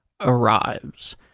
arrives